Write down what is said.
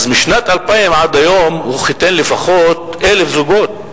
אז משנת 2000 עד היום הוא חיתן לפחות 1,000 זוגות.